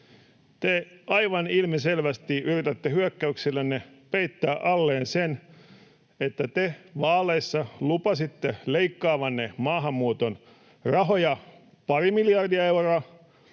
Te aivan ilmiselvästi yritätte hyökkäyksillänne peittää alleen sen, että te vaaleissa lupasitte leikkaavanne maahanmuuton rahoja pari miljardia euroa,